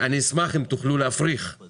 אני אשמח אם תוכלו להפריך את